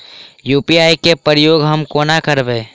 UPI केँ प्रयोग हम कोना करबे?